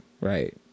Right